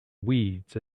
weeds